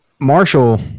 Marshall